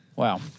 Wow